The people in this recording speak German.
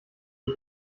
wir